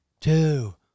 two